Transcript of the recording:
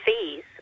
fees